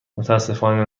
متأسفانه